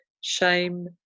shame